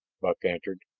buck answered.